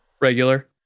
Regular